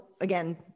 again